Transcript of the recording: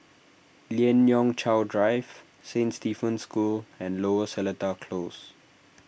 Lien Ying Chow Drive Saint Stephen's School and Lower Seletar Close